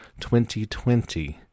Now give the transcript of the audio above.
2020